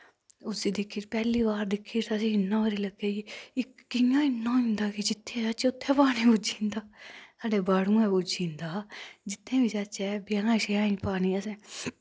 उस्सी दिक्खी री पैह्ली बार दिक्खी री असें इन्ना भारी लग्गेआ की एह् कियां इन्ना होई जंदा कि जित्थे चाह्चै उत्थें पानी पुज्जी जंदा साढ़े बाड़ूऐं पुज्जी जंदा जित्थें बी चाह्चै ब्याहें शयाहें पानी असैं